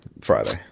friday